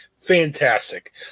Fantastic